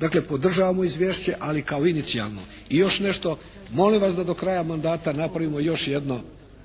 Dakle, podržavamo izvješće ali kao inicijalno. I još nešto, molim vas da do kraja mandata napravimo još jedno